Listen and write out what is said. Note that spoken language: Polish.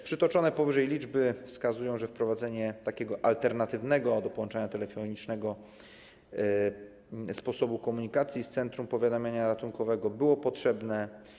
Przytoczone powyżej liczby wskazują, że wprowadzenie takiego alternatywnego wobec połączenia telefonicznego sposobu komunikacji z centrum powiadamiania ratunkowego było potrzebne.